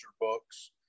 books